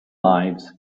lives